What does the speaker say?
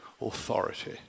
authority